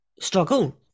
struggle